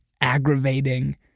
aggravating